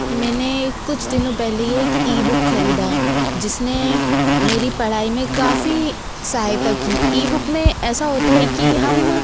मैंने कुछ दिनों पहले हि एक ईबूक ख़रीदा जिसने मेरी पढ़ाई में काफ़ी सहायता की ईबूक में ऐसा होता है कि हम